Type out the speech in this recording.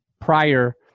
prior